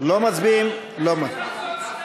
לא מצביעים, לא מצביעים?